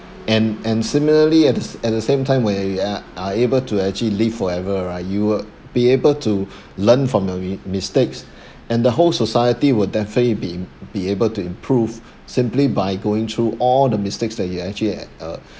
and and similarly at the s~ at the same time where we are able to actually live forever right you will be able to learn from your mi~ mistakes and the whole society will definitely be be able to improve simply by going through all the mistakes that you have actually uh